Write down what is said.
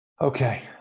Okay